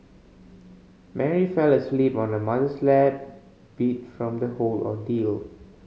Mary fell asleep on her mother's lap beat from the whole ordeal